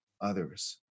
others